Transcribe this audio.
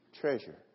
treasure